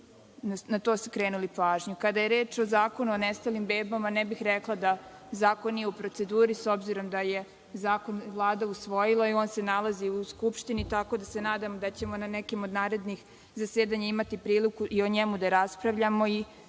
na to skrenuli pažnju. Kada je reč o Zakonu o nestalim bebama, ne bih rekla da zakon nije u proceduri s obzirom da je zakon Vlada usvojila i on se nalazi u Skupštini, tako da se nadam da ćemo na nekim od narednih zasedanja imati priliku i o njemu da raspravljamo. Moram